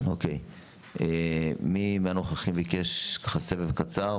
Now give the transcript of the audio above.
"כמויות הקנבוס והמוצרים,